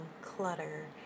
clutter